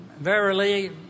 Verily